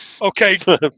Okay